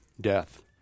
death